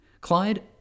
Clyde